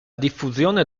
diffusione